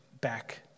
back